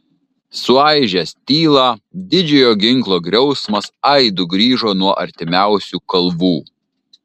suaižęs tylą didžiojo ginklo griausmas aidu grįžo nuo artimiausių kalvų